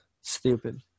Stupid